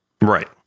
Right